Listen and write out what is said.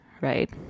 right